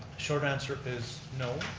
short answer is no.